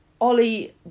Ollie